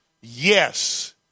Yes